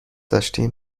داشتیم